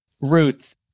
ruth